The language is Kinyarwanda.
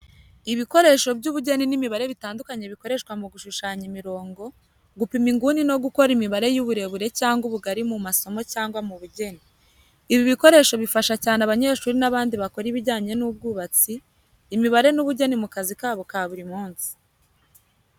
Ibikoresho by’ubugeni n’imibare bitandukanye bikoreshwa mu gushushanya imirongo, gupima inguni no gukora imibare y’uburebure cyangwa ubugari mu masomo cyangwa mu bugeni. Ibi bikoresho bifasha cyane abanyeshuri n’abandi bakora ibijyanye n’ubwubatsi, imibare n’ubugeni mu kazi kabo ka buri munsi.